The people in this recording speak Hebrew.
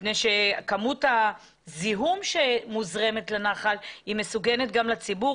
מפני שכמות הזיהום שמוזרמת לנחל מסוכנת גם לציבור,